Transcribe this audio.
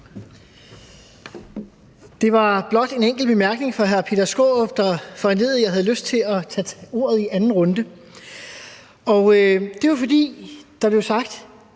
Det var blot en enkelt bemærkning fra hr. Peter Skaarup, der foranledigede, at jeg fik lyst til at tage ordet i anden runde. Det var, fordi der blev spurgt: